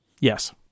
Yes